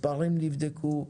מספרים נבדקו,